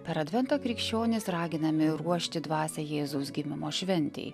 per adventą krikščionys raginami ruošti dvasią jėzaus gimimo šventei